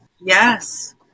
Yes